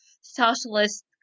socialist